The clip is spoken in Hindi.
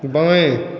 बाएँ